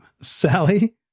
Sally